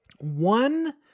one